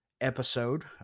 episode